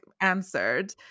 answered